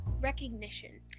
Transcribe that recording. recognition